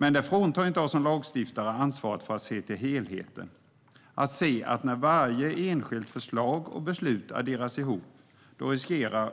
Men det fråntar inte oss som lagstiftare ansvaret att se till helheten och se att företagen i slutändan, när varje enskilt förslag och beslut adderas, riskerar